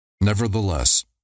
Nevertheless